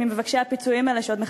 הפיצויים עברו באטיות מבזה.